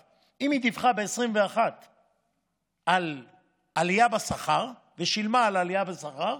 2021. אם היא דיווחה ב-2021 על עלייה בשכר ושילמה על עלייה בשכר,